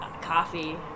Coffee